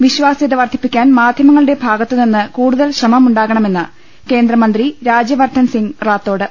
വിശ്വാസൃത വർദ്ധിപ്പിക്കാൻ മാധൃമങ്ങളുടെ ഭാഗത്തു നിന്ന് കൂടുതൽ ശ്രമമുണ്ടാകണമെന്ന് കേന്ദ്രമന്ത്രി രാജ്യ വർദ്ധൻ സിംഗ് റാത്തോഡ്